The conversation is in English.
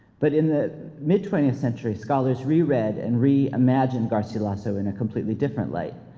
but in the mid twentieth century, scholars re-read and re-imagined garcilaso in a completely different light.